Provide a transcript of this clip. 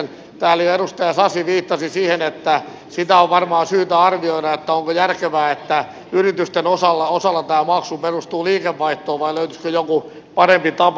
täällä jo edustaja sasi viittasi siihen että on varmaan syytä arvioida onko järkevää että yritysten osalta tämä maksu perustuu liikevaihtoon vai löytyisikö joku parempi tapa